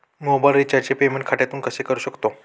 Mobile रिचार्जचे payment खात्यातून कसे करू शकतो?